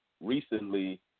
recently